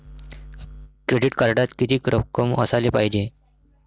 Credit कार्डात कितीक रक्कम असाले पायजे?